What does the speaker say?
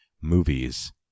Movies